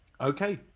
Okay